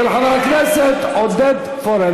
של חבר הכנסת עודד פורר.